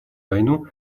войну